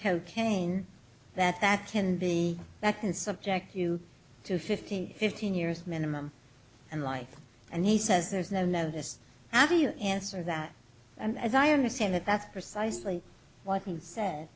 cocaine that that can be that and subject you to fifteen fifteen years minimum and life and he says there's no no this after you answer that i'm as i understand it that's precisely what he said